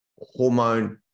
hormone